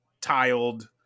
tiled